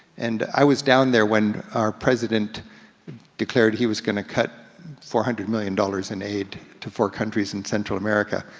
and i was down there when our president declared he was gonna cut four hundred million dollars in aid to four countries in central america.